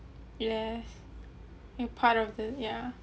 yes and part of the yeah